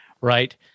right